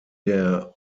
der